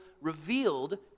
revealed